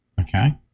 Okay